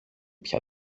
πια